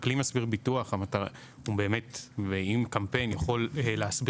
המטרה של הכלי מסביר ביטוח שאם קמפיין יכול להסביר